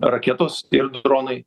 raketos ir dronai